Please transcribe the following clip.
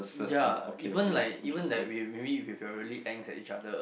ya even like even that we maybe if we are really angst at each other